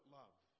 love